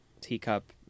teacup